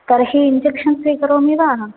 तर्हि इञ्जेक्षन् स्वीकरोमि वा